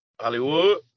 Hollywood